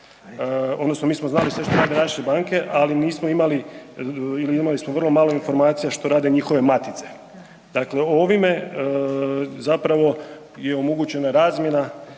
odnosno mi smo znali sve što rade naše banke, ali nismo imali ili imali smo vrlo malo informacija što rade njihove matice. Dakle ovime zapravo je omogućena razmjena